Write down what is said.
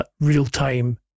real-time